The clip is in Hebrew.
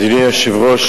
אדוני היושב-ראש,